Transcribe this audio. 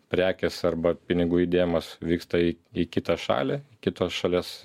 prekės arba pinigų judėjimas vyksta į į kitą šalį kitos šalies